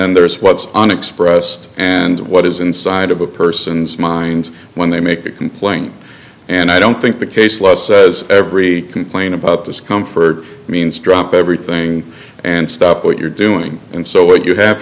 then there is what's on expressed and what is inside of a person's mind when they make a complaint and i don't think the case law says every complain about discomfort means drop everything and stop what you're doing and so what you have